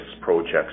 projects